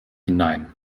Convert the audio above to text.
hinein